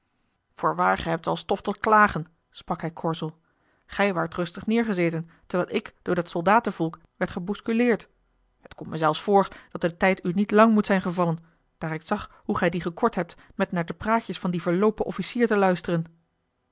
gij hebt wel stof tot klagen sprak hij korzel gij a l g bosboom-toussaint de delftsche wonderdokter eel waart rustig neêrgezeten terwijl ik door dat soldatenvolk werd gebousculeerd en het komt mij zelfs voor dat de tijd u niet lang moet zijn gevallen daar ik zag hoe gij dien gekort hebt met naar de praatjes van dien verloopen officier te luisteren